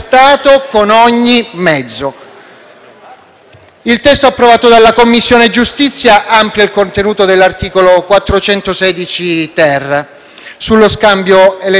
Il testo approvato dalla Commissione giustizia amplia il contenuto dell'articolo 416-*ter* sullo scambio elettorale politico-mafioso.